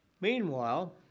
Meanwhile